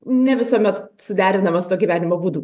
ne visuomet suderinama su tuo gyvenimo būdu